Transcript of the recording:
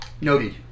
Noted